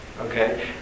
Okay